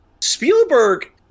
Spielberg